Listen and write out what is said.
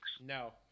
No